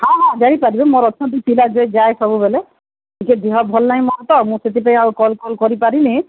ହଁ ହଁ ଯାଇପାରିବେ ମୋର ଅଛନ୍ତି ପିଲା ଯିଏ ଯାଏ ସବୁବେଳେ ଟିକେ ଦେହ ଭଲ ନାହିଁ ମୋର ତ ମୁଁ ସେଥିପାଇଁ ଆଉ କଲ୍ ଫଲ୍ କରିପାରିନି